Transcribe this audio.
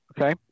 Okay